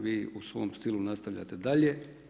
Vi u svom stilu nastavljate dalje.